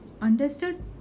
Understood